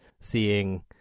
seeing